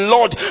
Lord